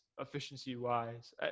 efficiency-wise